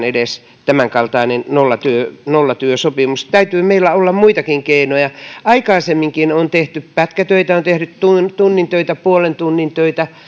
edes hyväksytään tämän kaltainen nollatyösopimus täytyy meillä olla muitakin keinoja aikaisemminkin on tehty pätkätöitä on tehty tunnin töitä puolen tunnin töitä